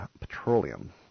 petroleum